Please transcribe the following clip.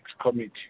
Committee